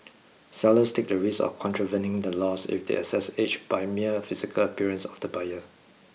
sellers take the risk of contravening the laws if they assess age by mere physical appearance of the buyer